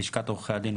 לשכת עורכי הדין,